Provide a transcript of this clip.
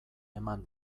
eman